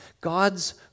God's